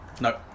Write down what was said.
No